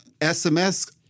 SMS